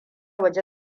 waje